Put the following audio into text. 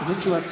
בלי תשובת שר.